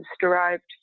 derived